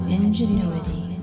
ingenuity